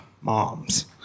moms